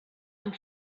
amb